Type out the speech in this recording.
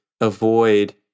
avoid